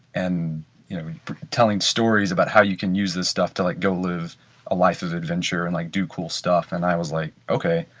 and telling stories about how you can use this stuff to like go and live a life of adventure and like do cool stuff. and i was like okay,